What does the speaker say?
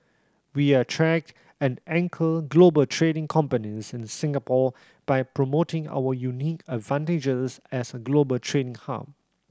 we attract and anchor global trading companies in Singapore by promoting our unique advantages as a global trading hub